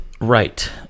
right